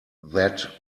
that